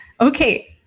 Okay